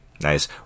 Nice